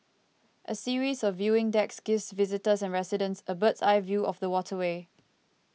a series of viewing decks gives visitors and residents a bird's eye view of the waterway